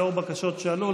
תודה רבה, חבריי חברי הכנסת.